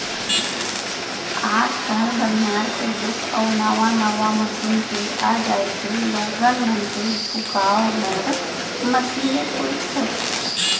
आज काल बनिहार के दुख अउ नावा नावा मसीन के आ जाए के लोगन मन के झुकाव हर मसीने कोइत होथे